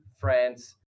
France